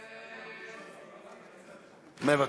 מוותר,